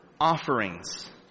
offerings